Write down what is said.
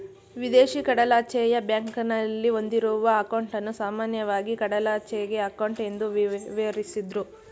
ವಿದೇಶಿ ಕಡಲಾಚೆಯ ಬ್ಯಾಂಕ್ನಲ್ಲಿ ಹೊಂದಿರುವ ಅಂಕೌಟನ್ನ ಸಾಮಾನ್ಯವಾಗಿ ಕಡಲಾಚೆಯ ಅಂಕೌಟ್ ಎಂದು ವಿವರಿಸುದ್ರು